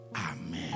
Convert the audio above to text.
Amen